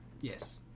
Yes